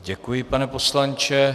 Děkuji, pane poslanče.